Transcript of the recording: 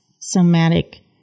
somatic